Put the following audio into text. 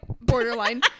borderline